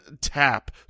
tap